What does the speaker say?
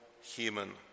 human